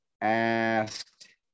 asked